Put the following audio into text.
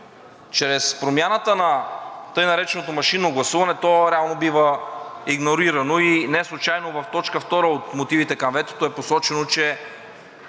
Чрез промяната на така нареченото машинно гласуване, то реално бива игнорирано и неслучайно в т. 2 от мотивите към ветото е посочено, че